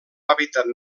hàbitat